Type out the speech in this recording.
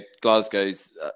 Glasgow's